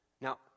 Now